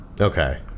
Okay